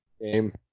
game